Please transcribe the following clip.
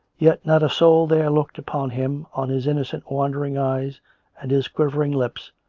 yet not a soul there looked upon him, on his innocent, wondering eyes and his quivering lips,